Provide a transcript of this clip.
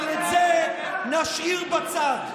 אבל את זה נשאיר בצד.